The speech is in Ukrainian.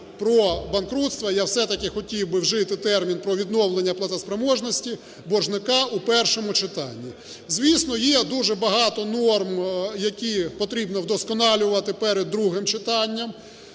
про банкрутство, я все-таки хотів би вжити термін "про відновлення платоспроможності боржника", у першому читанні. Звісно, є дуже багато норм, які потрібно вдосконалювати перед другим читанням.